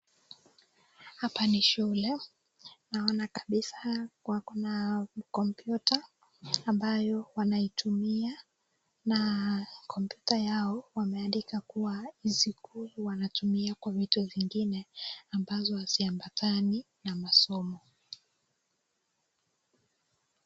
Hapa ni shule. Naona kabisa wako na kompyuta ambayo wanaitumia na kompyuta yao wameandika kuwa isikuwe wanatumia kwa vitu zingine ambazo haziambatani na masomo.